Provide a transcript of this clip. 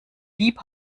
lieb